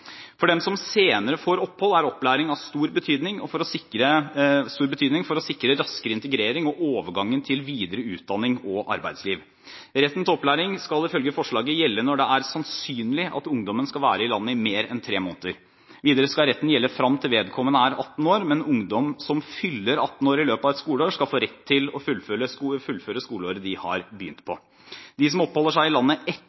For dem som senere får opphold, er opplæring av stor betydning for å sikre raskere integrering og overgangen til videre utdanning og arbeidsliv. Retten til opplæring skal, ifølge forslaget, gjelde når det er sannsynlig at ungdommen skal være i landet i mer enn tre måneder. Videre skal retten gjelde frem til vedkommende er 18 år, men ungdom som fyller 18 år i løpet av et skoleår, skal få rett til å fullføre skoleåret de har begynt